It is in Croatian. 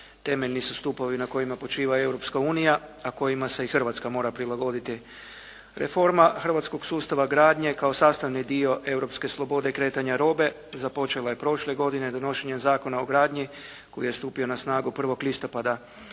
temeljni su stupovi na kojima počiva Europska unija, a kojima se i Hrvatska mora prilagoditi. Reforma hrvatskog sustava gradnje kao sastavni dio europske slobode kretanja robe započela je prošle godine donošenjem Zakona o gradnji koji je stupio na snagu 1. listopada.